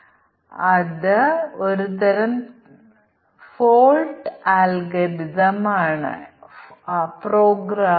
നമുക്ക് ഈ പ്രശ്നം നോക്കാം തുടർന്ന് അതിനെ ഒരു കാരണ ഫല ഗ്രാഫിന്റെ രൂപത്തിൽ പ്രതിനിധീകരിക്കാൻ ശ്രമിക്കാം